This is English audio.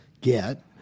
get